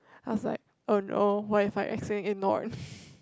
I was like oh no what if I accidentally ignore it